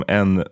en